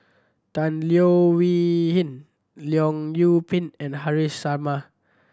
Tan Leo Wee Hin Leong Yoon Pin and Haresh Sharma